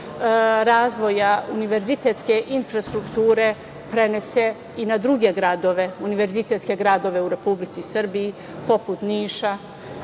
razvoja univerzitetske infrastrukture prenese i na druge gradove, univerzitetske gradove u Republici Srbiji, poput Niša,